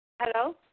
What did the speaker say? Hello